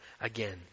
again